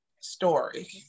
story